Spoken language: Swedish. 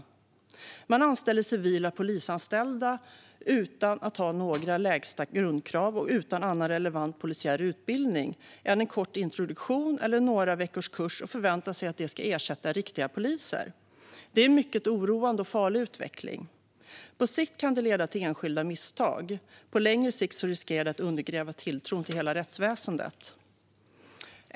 Man anställer civila polisanställda utan att ha några lägsta grundkrav och utan att kräva annan relevant polisiär utbildning än en kort introduktion eller några veckors kurs och förväntar sig att de ska ersätta riktiga poliser. Detta är en mycket oroande och farlig utveckling. På kort sikt kan det leda till enskilda misstag. På längre sikt riskerar det att undergräva tilltron till hela rättsväsendet.